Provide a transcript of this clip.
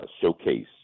showcase